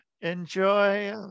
Enjoy